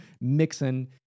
mixing